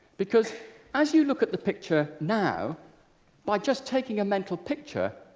because as you look at the picture now by just taking a mental picture,